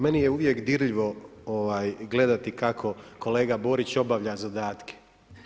Meni je uvijek dirljivo gledati kako kolega Borić obavlja zadatke.